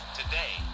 today